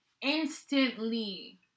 instantly